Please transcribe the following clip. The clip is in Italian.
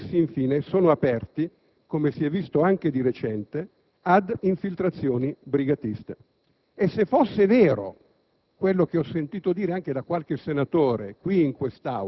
Anche questo è un nodo che dovete sciogliere, è la questione del rapporto con i cosiddetti movimenti.